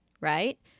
right